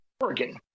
Oregon